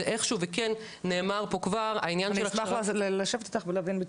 איכשהו וכן נאמר פה כבר העניין של -- אני אשמח לשבת איתך ולהבין.